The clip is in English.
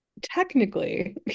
technically